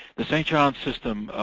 the st. john's system,